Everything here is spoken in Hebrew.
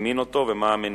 הזמין אותו ומה הם המניעים.